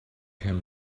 him